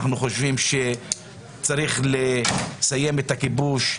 אנחנו חושבים שצריך לסיים את הכיבוש,